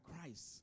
Christ